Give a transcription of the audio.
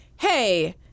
hey